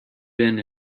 bend